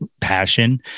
passion